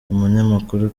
umunyamakuru